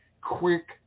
quick